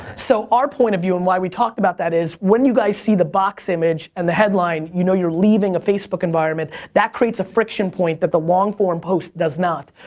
so our point of view and why we talked about that is, when you guys see the box image and the headline, you know you're leaving the facebook environment. that creates a friction point that the longform post does not.